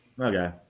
Okay